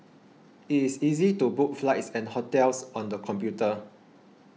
it is easy to book flights and hotels on the computer